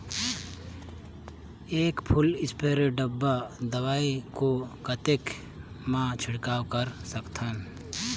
एक full spray डब्बा दवाई को कतेक म छिड़काव कर सकथन?